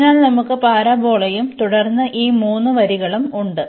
അതിനാൽ നമുക്ക് പരാബോളയും തുടർന്ന് ഈ മൂന്ന് വരികളും ഉണ്ട്